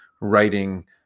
writing